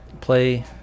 play